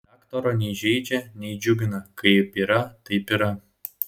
daktaro nei žeidžia nei džiugina kaip yra taip yra